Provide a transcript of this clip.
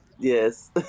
Yes